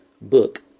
book